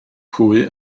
pwy